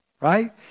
right